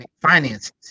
finances